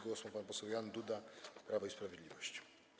Głos ma pan poseł Jan Duda, Prawo i Sprawiedliwość.